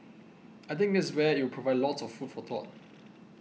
I think that's where it will provide lots of food for thought